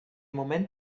moment